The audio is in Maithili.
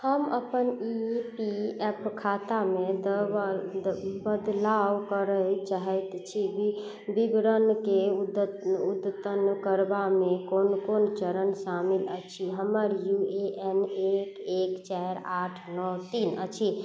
हम अपन ई पी एफ खातामे बदलाव करय चाहैत छी विवरणकेँ अद्यतन करबामे कोन कोन चरण शामिल अछि हमर यू ए एन एक एक चारि आठ नओ तीन अछि